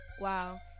Wow